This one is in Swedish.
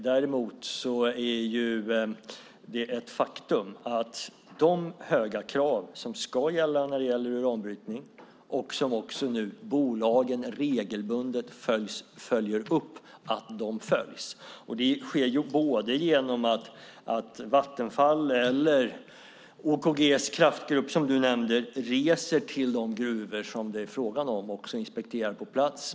Däremot är det ett faktum att de höga krav som ska gälla för uranbrytning som bolagen nu regelbundet följer upp också följs. Det sker genom att Vattenfall och OKG:s kraftgrupp, som du nämnde, reser till de gruvor det är fråga om och inspekterar på plats.